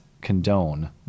condone